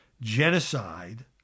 genocide